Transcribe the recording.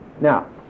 Now